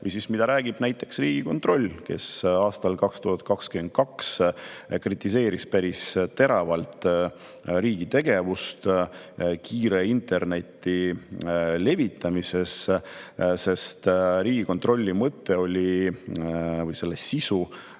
ise või mida räägib näiteks Riigikontroll, kes aastal 2022 kritiseeris päris teravalt riigi tegevust kiire interneti levitamisel. Riigikontrolli mõte või [auditi] sisu